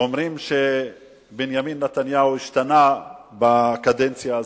אומרים שבנימין נתניהו השתנה בקדנציה הזאת.